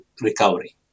recovery